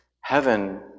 Heaven